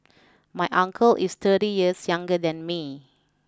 my uncle is thirty years younger than me